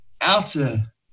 outer